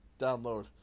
download